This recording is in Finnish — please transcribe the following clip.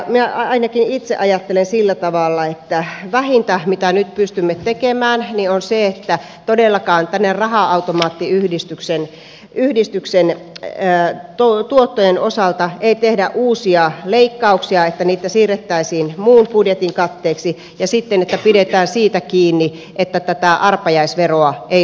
minä ainakin itse ajattelen sillä tavalla että vähintä mitä nyt pystymme tekemään on se että todellakaan raha automaattiyhdistyksen tuottojen osalta ei tehdä uusia leikkauksia että niitä siirrettäisiin muun budjetin katteeksi ja sitten se että pidetään siitä kiinni että tätä arpajaisveroa ei nosteta